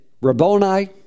Rabboni